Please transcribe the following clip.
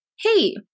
hey